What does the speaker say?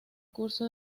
curso